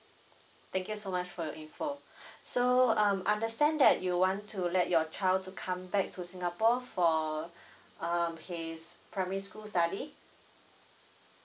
thank you so much for your info so um I understand that you want to let your child to come back to singapore for uh um his primary school study